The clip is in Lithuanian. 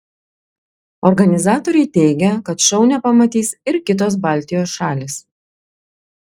organizatoriai teigia kad šou nepamatys ir kitos baltijos šalys